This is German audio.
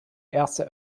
erste